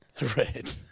Red